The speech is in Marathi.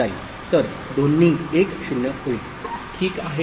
तर दोन्ही 1 0 होईल ठीक आहे